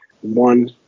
one